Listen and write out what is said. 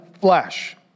flesh